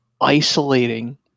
isolating